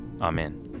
Amen